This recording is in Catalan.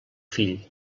fill